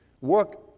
work